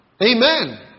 Amen